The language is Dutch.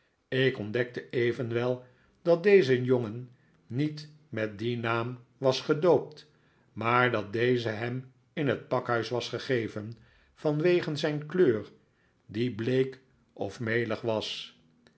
ik ontdekte evenwel dat deze jongen niet met dien naam was gedoopt maar dat deze hem in het pakhuis was gegeven ik krijg een kamer bij mijnheer micawber vanwege zijn kleur die bleek of melig was